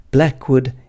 Blackwood